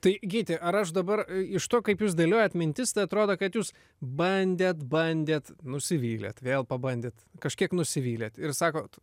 tai gyti ar aš dabar iš to kaip jūs dėliojat mintis tai atrodo kad jūs bandėt bandėt nusivylėt vėl pabandėt kažkiek nusivylėt ir sakot